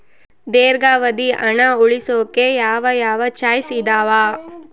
ದೇರ್ಘಾವಧಿ ಹಣ ಉಳಿಸೋಕೆ ಯಾವ ಯಾವ ಚಾಯ್ಸ್ ಇದಾವ?